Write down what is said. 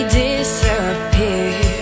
disappear